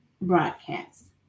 broadcast